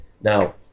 Now